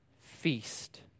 feast